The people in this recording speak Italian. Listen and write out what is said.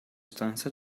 stanza